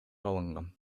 алынган